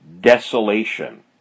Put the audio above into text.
desolation